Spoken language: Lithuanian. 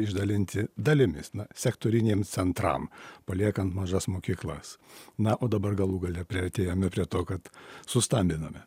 išdalinti dalimis na sektorinėm centram paliekant mažas mokyklas na o dabar galų gale priartėjome prie to kad sustambiname